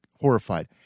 horrified